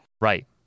Right